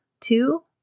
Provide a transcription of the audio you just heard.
Two